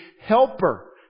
Helper